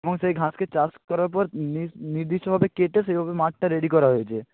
এবং সেই ঘাসকে চাষ করার পর নির নির্দিষ্টভাবে কেটে সেইভাবে মাঠটা রেডি করা হয়েছে